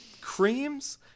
creams